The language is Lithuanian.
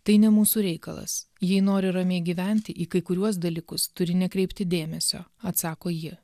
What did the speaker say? tai ne mūsų reikalas jei nori ramiai gyventi į kai kuriuos dalykus turi nekreipti dėmesio atsako ji